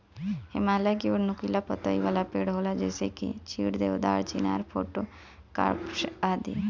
हिमालय की ओर नुकीला पतइ वाला पेड़ होला जइसे की चीड़, देवदार, चिनार, पोड़ोकार्पस आदि